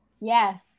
Yes